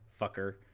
fucker